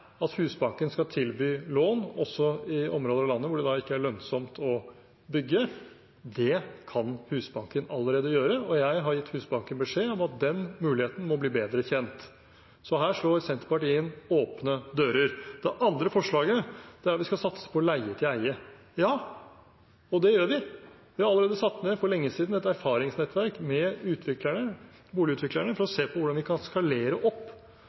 at Husbanken skal tilby lån også i områder i landet hvor det ikke er lønnsomt å bygge. Det kan Husbanken allerede gjøre, og jeg har gitt Husbanken beskjed om at den muligheten må bli bedre kjent. Her slår Senterpartiet inn åpne dører. Det andre forslaget er at vi skal satse på leie-til-eie. Ja, det gjør vi. Vi har allerede, for lenge siden, satt ned et erfaringsnettverk med boligutviklerne for å se på hvordan vi kan skalere opp